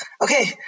okay